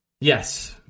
Yes